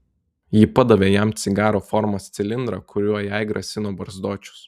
ji padavė jam cigaro formos cilindrą kuriuo jai grasino barzdočius